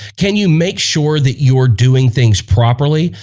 can you make sure that you're doing things properly?